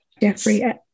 Jeffrey